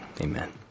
Amen